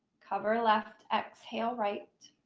cover left, exhale right.